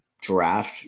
draft